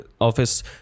office